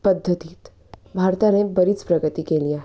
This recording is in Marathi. पद्धतीत भारताने बरीच प्रगती केली आहे